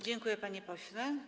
Dziękuję, panie pośle.